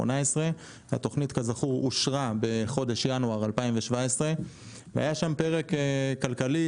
התכנית כזכור אושרה בחודש ינואר 2017. היה שם פרק כלכלי